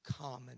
common